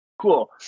cool